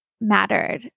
mattered